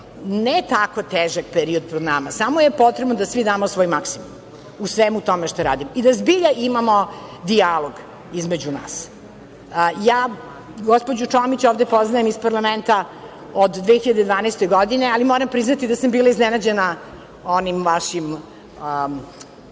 ne tako težak period pred nama, samo je potrebno da svi damo svoj maksimum u svemu tome što radimo i da zbilja imamo dijalog između nas. Gospođu Čomić ovde poznajem iz parlamenta od 2012. godine, ali moram priznati da sam bila iznenađena onim vašim